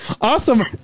awesome